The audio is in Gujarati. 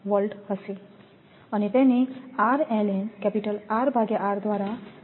8 V હશે અને તેને દ્વારા વિભાજિત કરવામાં આવશે